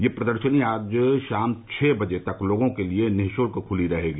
यह प्रदर्शनी आज शाम छह बजे तक लोगों के लिये निःशुल्क खुली रहेगी